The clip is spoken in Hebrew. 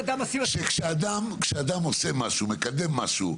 כשאדם עושה משהו, מקדם משהו,